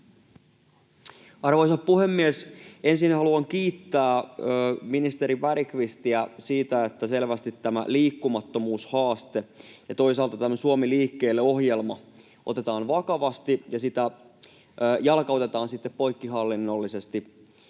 Arvoisa puhemies! Ensin haluan kiittää ministeri Bergqvistiä siitä, että selvästi tämä liikkumattomuushaaste ja toisaalta tämä Suomi liikkeelle ‑ohjelma otetaan vakavasti ja sitä jalkautetaan poikkihallinnollisesti,